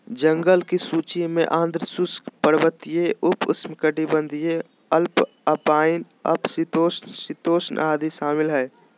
जंगल की सूची में आर्द्र शुष्क, पर्वतीय, उप उष्णकटिबंधीय, उपअल्पाइन, उप शीतोष्ण, शीतोष्ण आदि शामिल हइ